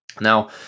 Now